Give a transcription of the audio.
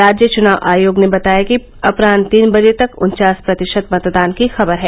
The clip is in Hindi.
राज्य चुनाव आयोग ने बताया कि अपरान्ह तीन बजे तक उन्वास प्रतिशत मतदान की खबर है